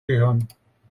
gehören